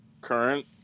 Current